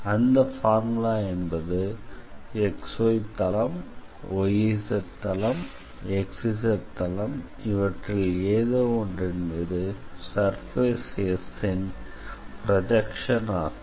அந்த பார்முலா என்பது xy தளம் yz தளம் xz தளம் இவற்றில் ஏதோ ஒன்றின் மீது சர்ஃபேஸ் S ன் ப்ரொஜெக்ஷன் ஆகும்